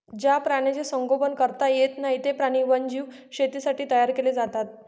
ज्या प्राण्यांचे संगोपन करता येत नाही, ते प्राणी वन्यजीव शेतीसाठी तयार केले जातात